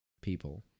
people